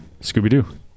scooby-doo